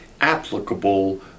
applicable